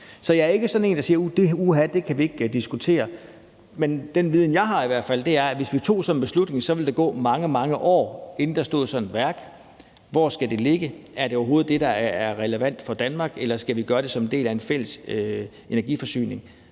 Så jeg er ikke sådan en, der siger: Uha, det kan vi ikke diskutere. Men den viden, som jeg i hvert fald har, er, at hvis vi tog sådan en beslutning, så ville der gå mange, mange år, inden der stod sådan et værk: Hvor skal det ligge? Er det overhovedet det, der er relevant for Danmark? Eller skal vi gøre det som en del af en fælles energiforsyning?